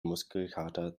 muskelkater